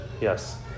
yes